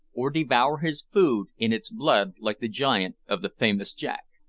or devour his food in its blood like the giant of the famous jack.